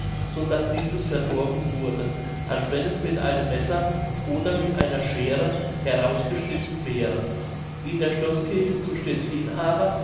so daß dieses verdorben wurde als wenn es mit einem messer oder mit einer scheere herausgeschnitten wäre in der schloßkirche zu stettin aber